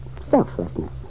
selflessness